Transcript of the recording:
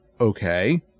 okay